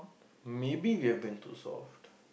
maybe we have been too soft